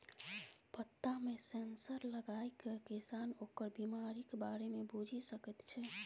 पत्तामे सेंसर लगाकए किसान ओकर बिमारीक बारे मे बुझि सकैत छै